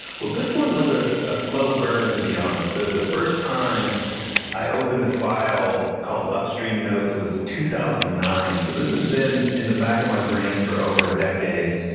well, this one was ah a slow burn, to be honest. ah the first time i opened a file called upstream notes was two thousand and nine. so this has been in the back of my brain for over a decade.